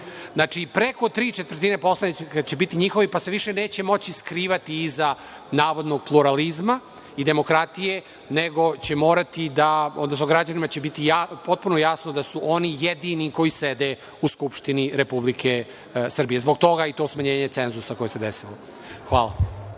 Znači, preko tri četvrtine poslanika će biti njihovi, pa se više neće moći skrivati iza navodnog pluralizma i demokratije, nego će morati da, odnosno građanima će biti potpuno jasno da su oni jedini koji sede u Skupštini Republike Srbije. Zbog toga i to smanjenje cenzusa koje se desilo. Hvala.